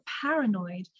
paranoid